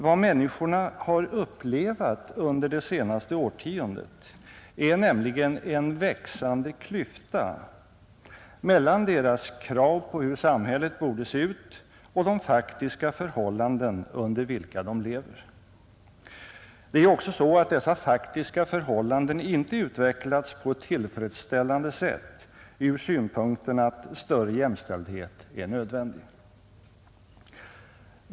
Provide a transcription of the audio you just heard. Vad människorna upplevt under det senaste årtiondet är nämligen en växande klyfta mellan deras krav på hur samhället borde se ut och de faktiska förhållanden under vilka de lever. Det är ju också så att dessa faktiska förhållanden inte utvecklats på ett tillfredsställande sätt ur synpunkten att större jämställdhet är nödvändig.